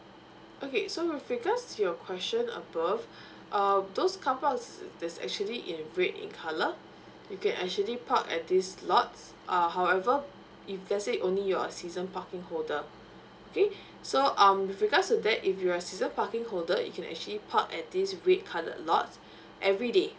okay so with regards to your question above um those car parks that's actually in red in colour you can actually park at these lots err however if let's say only you're a season parking holder okay so um with regards to that if you're a season parking holder you can actually park at this red coloured lots every day